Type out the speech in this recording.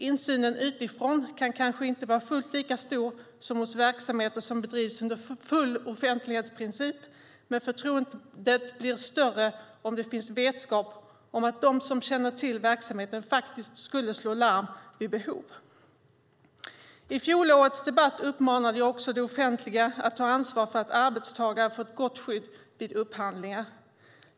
Insynen utifrån kan kanske inte vara fullt lika stor som hos verksamheter som bedrivs under full offentlighetsprincip, men förtroendet blir större om det finns vetskap om att de som känner till verksamheten faktiskt skulle slå larm vid behov. I fjolårets debatt uppmanade jag också det offentliga att ta ansvar för att arbetstagare får ett gott skydd vid upphandlingar.